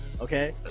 okay